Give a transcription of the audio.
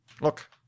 Look